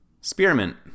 Spearmint